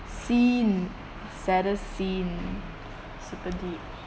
scene saddest scene super deep